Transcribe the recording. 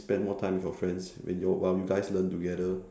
spend more time with your friends when you while you guys learn together